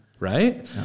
Right